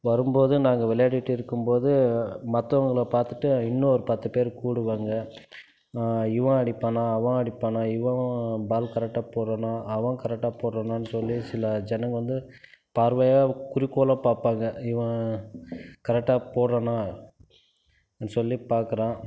வரும்போது நாங்கள் விளையாடிட்டு இருக்கும்போது மற்றவங்கள பார்த்துட்டு இன்னும் ஒரு பத்து பேர் கூடுவாங்க இவன் அடிப்பானா அவன் அடிப்பானா இவன் பால் கரெக்டாக போடுகிறானா அவன் கரெக்டாக போடுறானான்னு சொல்லி சில ஜனங்கள் வந்து பார்வையாக குறிக்கோளாக பார்ப்பாங்க இவன் கரெக்டாக போடுகிறானா சொல்லி பார்க்கறான்